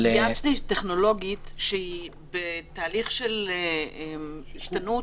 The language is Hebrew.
אבל --- הטכנולוגית הזאת בתהליך של השתנות,